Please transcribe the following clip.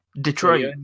Detroit